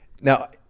Now